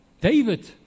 David